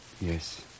yes